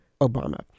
Obama